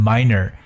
Minor